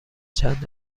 چند